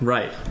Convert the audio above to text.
Right